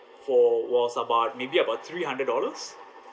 for was about maybe about three hundred dollars